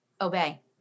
obey